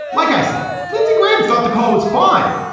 like i say lindsey graham thought the call was fine.